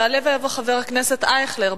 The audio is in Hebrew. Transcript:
יעלה ויבוא חבר הכנסת אייכלר,